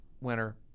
winner